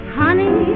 honey